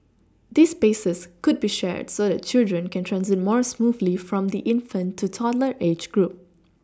these spaces could be shared so that children can transit more smoothly from the infant to toddler age group